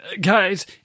Guys